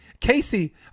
Casey